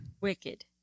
Wicked